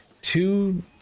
two